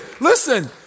Listen